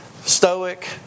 stoic